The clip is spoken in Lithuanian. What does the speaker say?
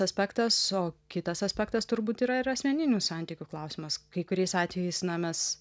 aspektas o kitas aspektas turbūt yra ir asmeninių santykių klausimas kai kuriais atvejais na mes